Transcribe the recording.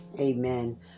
Amen